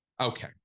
Okay